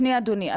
שנייה אדוני,